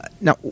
now